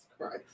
Christ